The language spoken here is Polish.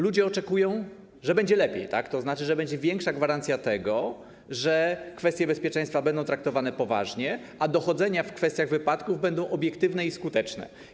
Ludzie oczekują, że będzie lepiej, że będzie większa gwarancja tego, że kwestie bezpieczeństwa będą traktowane poważnie, a dochodzenia dotyczące wypadków będą obiektywne i skuteczne.